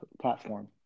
platform